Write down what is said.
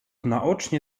naocznie